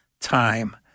time